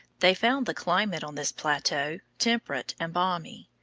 they found the climate on this plateau temperate and balmy.